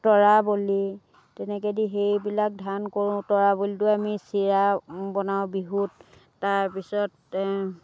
তৰাবলি তেনেকৈ দি সেইবিলাক ধান কৰোঁ তৰাবলিটো আমি চিৰা বনাওঁ বিহুত তাৰপিছত